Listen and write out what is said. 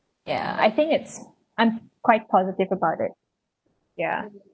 ya I think it's I'm quite positive about it yeah